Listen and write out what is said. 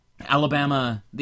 Alabama